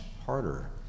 harder